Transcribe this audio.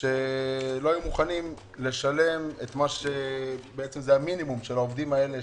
שלא היו מוכנים לשלם את המינימום של העובדים האלה,